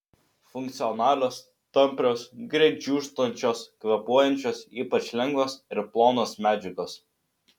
funkcionalios tamprios greit džiūstančios kvėpuojančios ypač lengvos ir plonos medžiagos